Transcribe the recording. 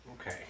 Okay